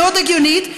מאוד הגיונית,